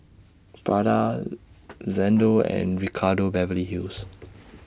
Prada Xndo and Ricardo Beverly Hills